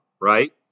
right